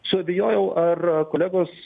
suabejojau ar kolegos